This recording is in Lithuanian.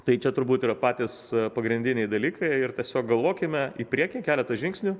tai čia turbūt yra patys pagrindiniai dalykai ir tiesiog galvokime į priekį keletą žingsnių